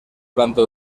planta